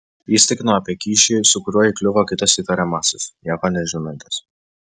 jis tikino apie kyšį su kuriuo įkliuvo kitas įtariamasis nieko nežinantis